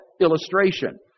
illustration